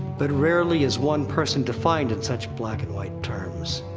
but rarely is one person defined in such black and white terms.